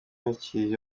yakiriye